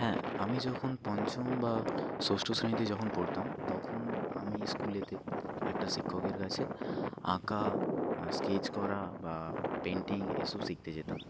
হ্যাঁ আমি যখন পঞ্চম বা ষষ্ঠ শ্রেণীতে যখন পড়তাম তখন আমি স্কুলেতে একটা শিক্ষকের কাছে আঁকা স্কেচ করা বা পেন্টিং এসব শিখতে যেতাম